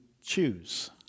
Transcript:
choose